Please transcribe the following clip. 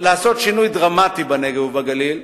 לעשות שינוי דרמטי בנגב ובגליל,